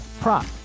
prop